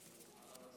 שלום, שלום.